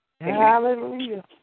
Hallelujah